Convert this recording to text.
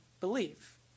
believe